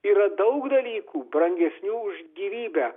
yra daug dalykų brangesnių už gyvybę